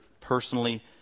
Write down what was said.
personally